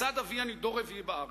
מצד אבי אני דור רביעי בארץ.